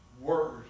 word